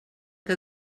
que